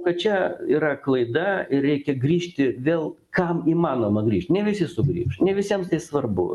kad čia yra klaida ir reikia grįžti vėl kam įmanoma grįžt ne visi sugrįš ne visiems tai svarbu